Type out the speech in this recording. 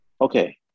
Okay